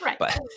Right